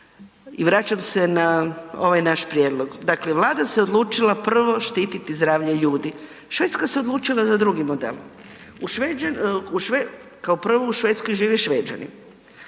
I vraćam se na ovaj naš prijedlog. Dakle, Vlada se odlučila prvo štititi zdravlje ljudi. Švedska se odlučila za drugi model. U Švedskoj, kao prvo u Švedskoj žive Šveđani,